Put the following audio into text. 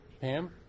Pam